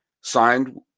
signed